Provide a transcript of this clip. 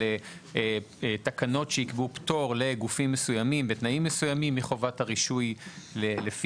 על תקנות שייקבעו פטור מחובת הרישוי לגופים מסוימים,